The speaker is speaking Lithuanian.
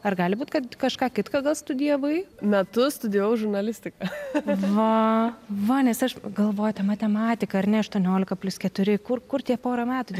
ar gali būt kad kažką kitką gal studijavai metus studijavau žurnalistiką va nes aš galvoju ta matematiką ar ne aštuoniolika plius keturi kur kur tie porą metų